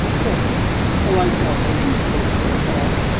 yes the light's awful do turn some off,